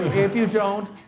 if you don't,